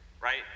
right